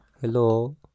Hello